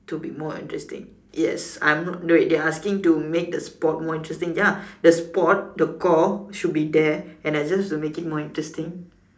to be more interesting yes I'm not no wait they're asking to make the sports interesting ya the sport the core should be there and I just have to make it more interesting